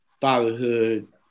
fatherhood